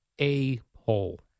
A-hole